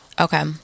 Okay